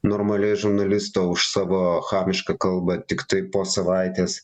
normaliai žurnalisto už savo chamišką kalbą tiktai po savaitės